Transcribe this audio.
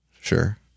Sure